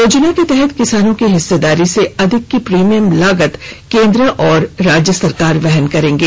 योजना के तहत किसानों की हिस्सेदारी से अधिक की प्रीमियम लागत केन्द्र और राज्य सरकार वहन करेंगे